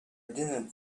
didn’t